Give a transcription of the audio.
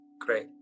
Great